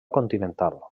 continental